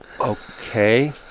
Okay